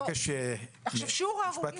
שיעור ההרוגים